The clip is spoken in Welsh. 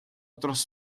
dros